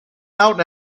out